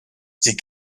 sie